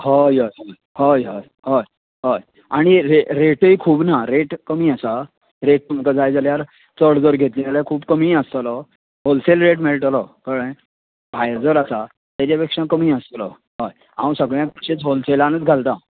हय हय हय हय हय हय आनी रे् रेटय खूब ना रेट कमी आसा रेट तुमकां जाय जाल्यार चड जर घेतली जाल्यार खूब कमीय आसतलो होलसेल रेट मेळटलो कळ्ळे भायर जर आसा तेजे पेक्शा कमी आसतलो हय हांव सगळ्यांक अशेंच होलसेलानत घालता